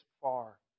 far